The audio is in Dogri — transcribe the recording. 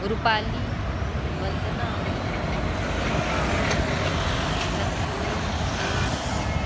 रूपाली बंदना सीमा लक्ष्मी अंजली